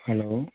hello